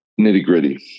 Nitty-gritty